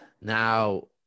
now